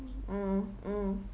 mm mm